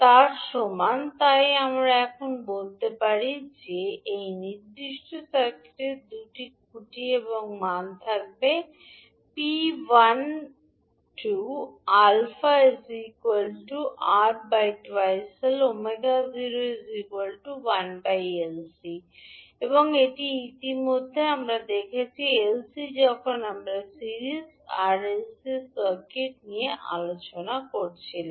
তার সমান তাই আমরা এখন কী বলতে পারি আমরা বলতে পারি যে এই নির্দিষ্ট সার্কিটের দুটি খুঁটি এবং মান থাকবে 𝑝12 −𝛼 ± √𝛼2 𝜔0 যেখানে 𝛼 𝑅2L এবং 𝜔01LC এবং এটি আমরা ইতিমধ্যে দেখেছি 𝐿𝐶 যখন আমরা সিরিজটি আর এল সি সার্কিট নিয়ে আলোচনা করছিলাম